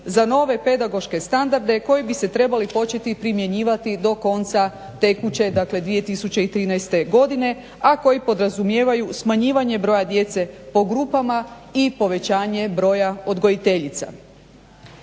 za nove pedagoške standarde koji bi se trebali početi primjenjivati do konca tekuće 2013.godine, a koji podrazumijevaju smanjivanje broja djece po grupama i povećanje broja odgojiteljica.